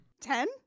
Ten